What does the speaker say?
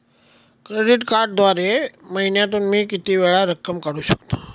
Credit कार्डद्वारे महिन्यातून मी किती वेळा रक्कम काढू शकतो?